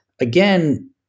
again